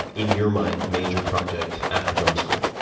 and in your mind, major project after film school?